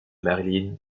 marilyn